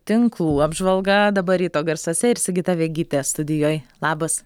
tinklų apžvalga dabar ryto garsuose ir sigita vegytė studijoj labas